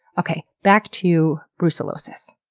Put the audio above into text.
okay, back to brucellosis.